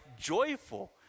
joyful